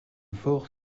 fort